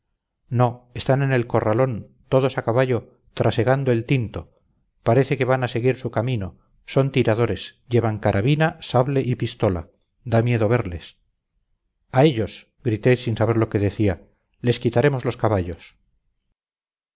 no están en el corralón todos a caballo trasegando el tinto parece que van a seguir su camino son tiradores llevan carabina sable y pistola da miedo verles a ellos grité sin saber lo que decía les quitaremos los caballos